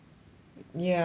ya